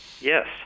Yes